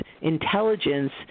intelligence